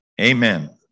Amen